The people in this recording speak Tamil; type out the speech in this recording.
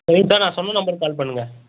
சரிங்க சார் நான் சொன்ன நம்பருக்கு கால் பண்ணுங்கள்